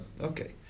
okay